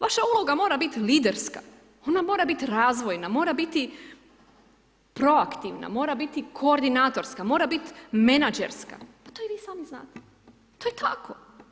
Vaša uloga mora biti liderska, ona mora biti razvojna, mora biti proaktivna, mora biti koordinatorska, mora biti menadžerska, pa to i vi sami znate, to je tako.